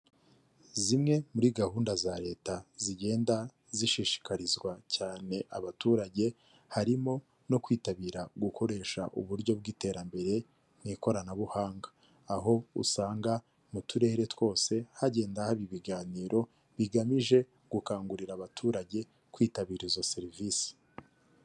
Zimwe muri gahunda za leta zigenda zishishikarizwa cyane abaturage, harimo no kwitabira gukoresha uburyo bw'iterambere mu ikoranabuhanga, aho usanga mu turere twose hagenda haba ibiganiro bigamije gukangurira abaturage kwitabira izo serivisi.